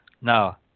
Now